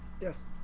Yes